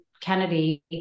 Kennedy